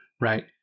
right